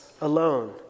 alone